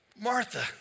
Martha